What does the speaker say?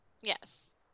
Yes